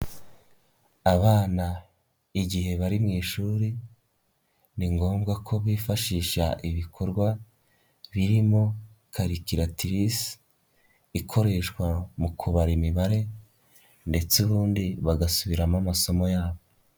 Abana igihe bari mu ishuri ni ngombwa ko bifashisha ibikorwa birimo carculatrice ikoreshwa mu kubara imibare ndetse ubundi bagasubiramo amasomo yabo,